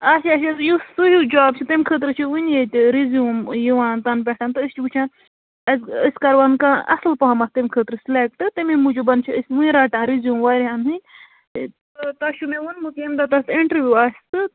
اَچھا اَچھا یُس سُہ ہیٛوٗ جاب چھُ تَمہِ خٲطرٕ چھِ وُنہِ ییٚتہِ رِزیوٗم یِوان تَنہٕ پٮ۪ٹھ تہٕ أسۍ چھِ وُچھان أسۍ أسی کَرہون کانٛہہ اَصٕل پہمَتھ تَمہِ خٲطرٕ سِلیکٹہٕ تَمے موٗجوٗب چھِ أسۍ وُنہِ رَٹان رِزیوٗم واریاہَن ہٕنٛدۍ تۄہہِ چھُ مےٚ ووٚنمُت ییٚمہِ دۄہ تَتھ اِنٹَروِو آسہِ تہٕ